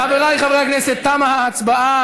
חבריי חברי הכנסת, תמה ההצבעה.